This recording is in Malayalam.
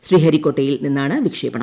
ശ്രീഹരികോട്ടയിൽ നിന്നാണ് വിക്ഷേപണം